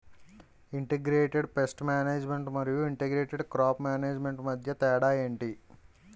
integrated pest management మరియు integrated crop management మధ్య తేడా ఏంటి